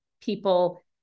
people